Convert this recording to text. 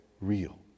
real